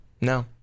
No